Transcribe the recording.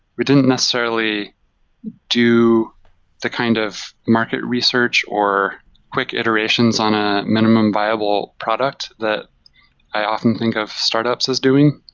we didn't necessarily do the kind of market research, or quick iterations on a minimum viable product that i often think of startups as doing,